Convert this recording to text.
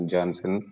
Johnson